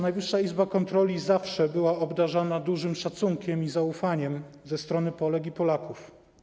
Najwyższa Izba Kontroli zawsze była obdarzana dużym szacunkiem i zaufaniem ze strony Polek i Polaków.